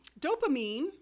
Dopamine